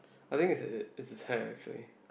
I think is is is his hair actually